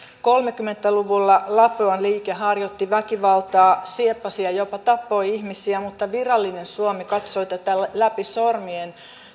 kolmekymmentä luvulla lapuan liike harjoitti väkivaltaa sieppasi ja jopa tappoi ihmisiä mutta virallinen suomi katsoi tätä läpi sormien